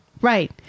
Right